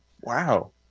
Wow